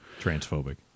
transphobic